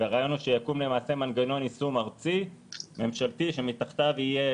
והרעיון הוא שיקום מנגנון יישום ארצי ממשלתי שמתחתיו יהיה